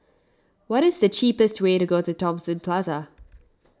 what is the cheapest way to Thomson Plaza